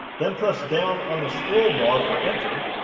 then press down on the scroll bar for enter.